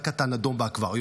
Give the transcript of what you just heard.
דג קטן אדום באקווריום,